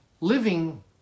living